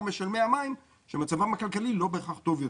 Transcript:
משלמי המים שמצבם הכלכלי לא בהכרח טוב יותר.